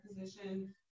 position